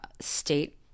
state